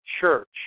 church